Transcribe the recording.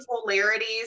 Polarities